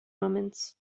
moments